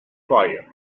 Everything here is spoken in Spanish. fire